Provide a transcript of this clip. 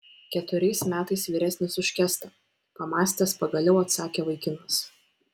keturiais metais vyresnis už kęstą pamąstęs pagaliau atsakė vaikinas